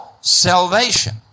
salvation